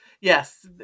yes